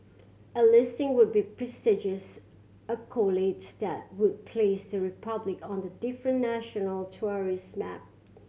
a listing would be a prestigious accolade that would place the Republic on a different national tourist map